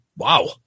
Wow